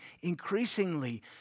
increasingly